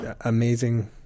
amazing